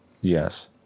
Yes